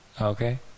okay